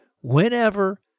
whenever